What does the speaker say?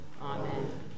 Amen